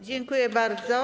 Dziękuję bardzo.